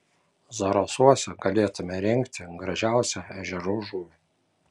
zarasuose galėtumėme rinkti gražiausią ežerų žuvį